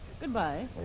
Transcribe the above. Goodbye